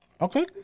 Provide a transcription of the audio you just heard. Okay